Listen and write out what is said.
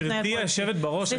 גבירתי היושבת-בראש,